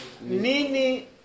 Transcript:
nini